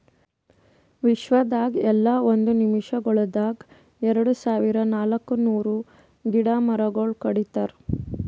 ವಿಶ್ವದಾಗ್ ಎಲ್ಲಾ ಒಂದ್ ನಿಮಿಷಗೊಳ್ದಾಗ್ ಎರಡು ಸಾವಿರ ನಾಲ್ಕ ನೂರು ಗಿಡ ಮರಗೊಳ್ ಕಡಿತಾರ್